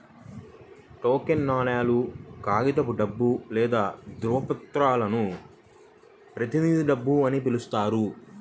token నాణేలు, కాగితపు డబ్బు లేదా ధ్రువపత్రాలను ప్రతినిధి డబ్బు అని పిలుస్తారు